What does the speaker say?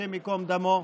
השם ייקום דמו,